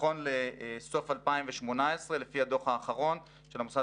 נכון לסוף 2018 לפי הדוח האחרון של המוסד